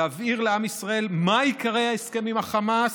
להבהיר לעם ישראל מה עיקרי ההסכם עם החמאס,